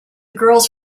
girls